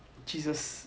jesus